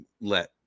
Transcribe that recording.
let